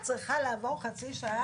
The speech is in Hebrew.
אני גאה להיות חברה בקואליציה,